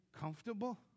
comfortable